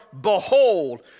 behold